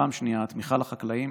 פעם שנייה, תמיכה לחקלאים,